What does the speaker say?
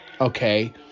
Okay